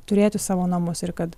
turėtų savo namus ir kad